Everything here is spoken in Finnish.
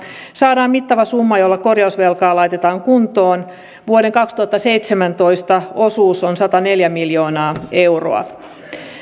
saadaan mittava summa jolla korjausvelkaa laitetaan kuntoon vuoden kaksituhattaseitsemäntoista osuus on sataneljä miljoonaa euroa